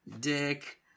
Dick